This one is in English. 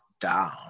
down